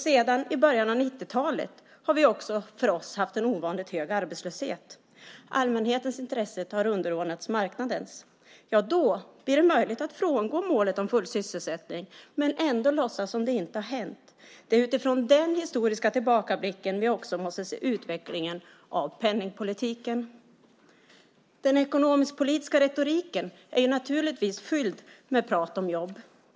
Sedan början av 90-talet har vi haft en för oss ovanligt hög arbetslöshet. Allmänhetens intressen har underordnats marknadens. Ja, då blir det möjligt att frångå målet om full sysselsättning men ändå låtsas som att det inte har hänt. Det är utifrån den historiska tillbakablicken vi också måste se utvecklingen av penningpolitiken. Den ekonomisk-politiska retoriken är naturligtvis fylld av prat om jobb.